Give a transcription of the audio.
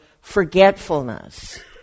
forgetfulness